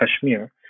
Kashmir